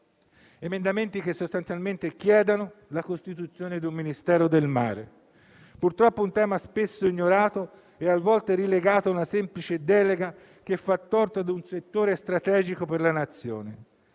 esame e che, sostanzialmente, chiedono la costituzione di un Ministero del mare. Si tratta, purtroppo, di un tema spesso ignorato e a volte relegato ad una semplice delega, che fa torto ad un settore strategico per la Nazione.